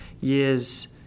years